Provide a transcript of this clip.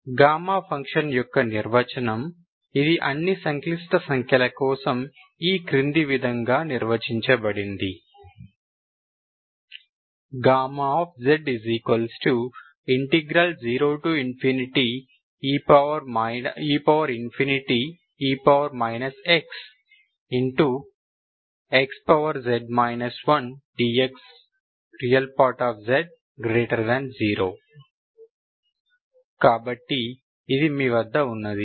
gamma function యొక్క నిర్వచనం ఇది అన్ని సంక్లిష్ట సంఖ్యల కోసం ఈ క్రింది విధంగా నిర్వచించబడింది z0e x xz 1dx Rez0 కాబట్టి ఇది మీ వద్ద ఉన్నది